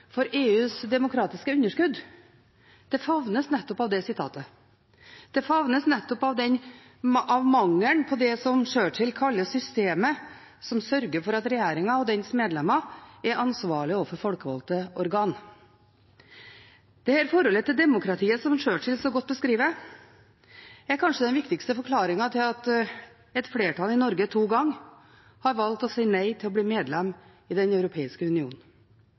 EUs demokratiske underskudd, favnes nettopp at det sitatet. Det favnes nettopp av mangelen på det som Churchill kaller systemet som sørger for at regjeringen og dens medlemmer er ansvarlige overfor folkevalgte organ. Dette forholdet til demokratiet, som Churchill så godt beskriver, er kanskje den viktigste forklaringen på at et flertall i Norge to ganger har valgt å si nei til å bli medlem i Den europeiske union.